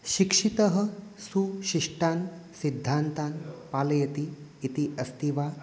शिक्षितः सुशिष्टान् सिद्धान्तान् पालयति इति अस्ति वा